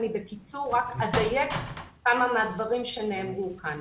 אני רק אדייק כמה מהדברים שנאמרו כאן.